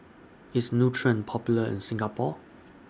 IS Nutren Popular in Singapore